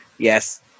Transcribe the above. Yes